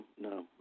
No